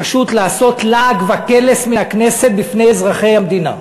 פשוט לעשות לעג וקלס מהכנסת בפני אזרחי המדינה.